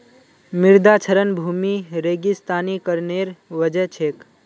मृदा क्षरण भूमि रेगिस्तानीकरनेर वजह छेक